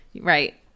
Right